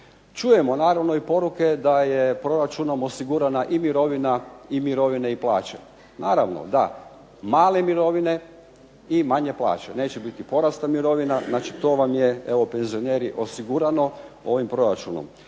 Čujemo naravno i poruke da je proračunom osigurana i mirovina i mirovine i plaće. Naravno da, male mirovine i manje plaće. Neće biti porasta mirovina. Znači to vam je evo penzioneri osigurano ovim proračunom.